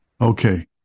okay